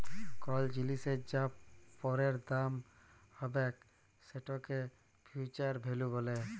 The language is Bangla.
কল জিলিসের যা পরের দাম হ্যবেক সেটকে ফিউচার ভ্যালু ব্যলে